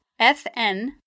FN